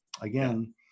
again